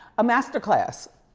a master class.